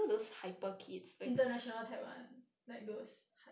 international type [one] like those